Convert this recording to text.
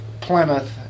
Plymouth